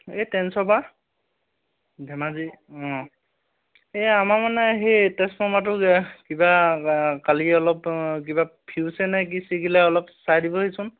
এই টেনছৰ পৰা ধেমাজি অঁ এই আমাৰ মানে সেই টেছফমাৰটো যে কিবা কালি অলপ কিবা ফিউজে নে কি ছিগিলে অলপ চাই দিবহিচোন